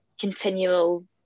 continual